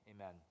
Amen